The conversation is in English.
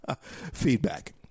feedback